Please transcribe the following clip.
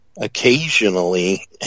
occasionally